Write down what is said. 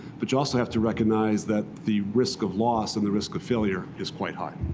but you also have to recognize that the risk of loss and the risk of failure is quite high.